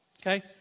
Okay